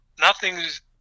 nothing's